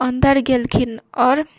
अंदर गेलखिन आओर